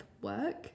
work